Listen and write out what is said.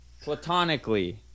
Platonically